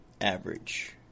average